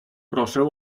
proszę